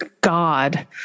God